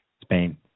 Spain